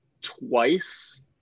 twice